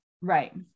Right